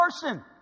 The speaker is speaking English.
person